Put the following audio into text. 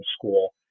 School